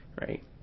Right